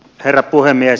herra puhemies